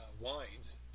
Wines